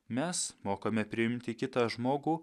mes mokame priimti kitą žmogų